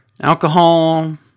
Alcohol